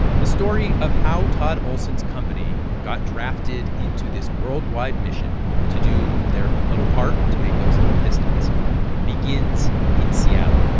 the story of how todd olson's company got drafted into this worldwide mission to do their little part to make those little pistons begins in seattle,